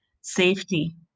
safety